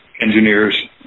engineers